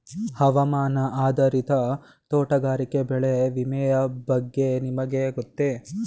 ಹವಾಮಾನ ಆಧಾರಿತ ತೋಟಗಾರಿಕೆ ಬೆಳೆ ವಿಮೆಯ ಬಗ್ಗೆ ನಿಮಗೆ ಗೊತ್ತೇ?